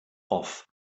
off